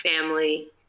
family